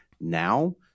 now